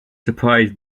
surprised